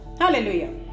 hallelujah